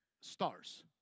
stars